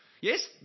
Yes